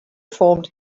formed